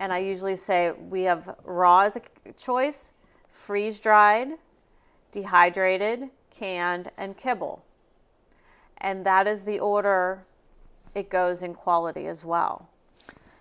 and i usually say we have raw is a choice freeze dried dehydrated canned and terrible and that is the order it goes in quality as well